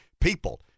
people